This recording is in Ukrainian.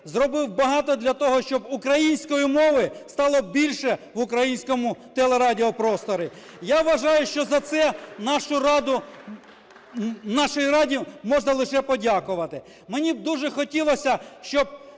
зробив багато для того, щоб української мови стало більше в українському телерадіопросторі. Я вважаю, що за це нашу нашій Раді можна лише подякувати. Мені б дуже хотілося б, щоб